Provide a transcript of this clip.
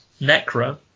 necra